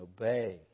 obey